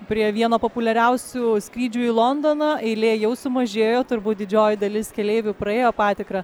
prie vieno populiariausių skrydžių į londoną eilė jau sumažėjo turbūt didžioji dalis keleivių praėjo patikrą